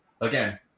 again